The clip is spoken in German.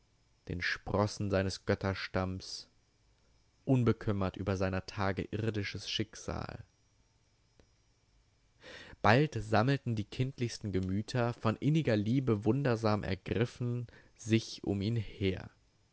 den sprossen seines götterstamms unbekümmert über seiner tage irdisches schicksal bald sammelten die kindlichsten gemüter von inniger liebe wundersam ergriffen sich um ihn her